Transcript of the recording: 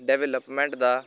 development the